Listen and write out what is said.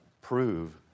prove